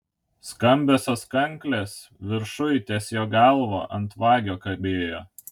skambiosios kanklės viršuj ties jo galva ant vagio kabėjo